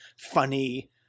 funny